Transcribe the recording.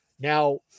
Now